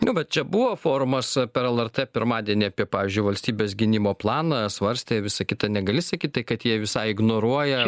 nu bet čia buvo forumas per lrt pirmadienį apie pavyzdžiui valstybės gynimo planą svarstė visa kita negali sakyt tai kad jie visai ignoruoja